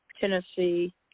Tennessee